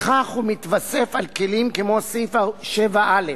בכך הוא מתווסף על כלים כמו סעיף 7א לחוק-יסוד: